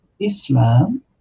Islam